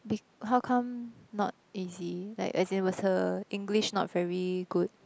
b~ how come not easy like as in was her English not very good